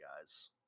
guys